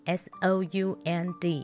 s-o-u-n-d